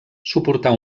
suportar